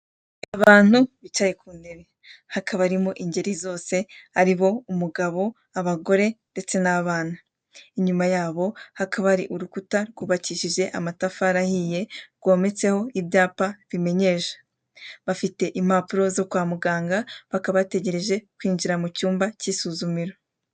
Abantu bicaye ku ntebe hakaba harimo ingeri zose haribo umugabo, abagore ndetse n'abana inyuma yabo hakaba hari inkuta ryubakishije amatafari ahiye rwometseho ibyapa bimenyesha, bafite impapuro zo kwa muganga bategereje kwinjira.